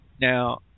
Now